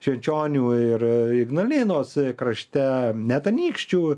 švenčionių ir ignalinos krašte net anykščių